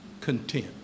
content